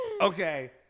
Okay